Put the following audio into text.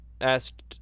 asked